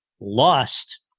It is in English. lost